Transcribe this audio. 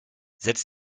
setz